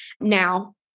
now